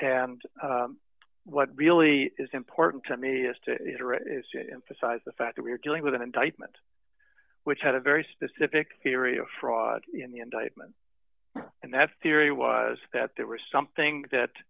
and what really is important to me is to emphasize the fact that we're dealing with an indictment which had a very specific serious fraud in the indictment and that theory was that that was something that